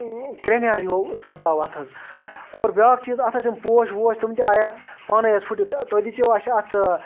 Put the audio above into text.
کرٛیٚہنیٛار ہیٚو سپدیٛو اَتھ حظ اور بیٚاکھ چیٖز اَتھ ٲسۍ یِم پوش ووش تِم تہِ آے اَتھ پانَے حظ پھٕٹِتھ تُہۍ دِژیوٕ اَسہِ اَتھ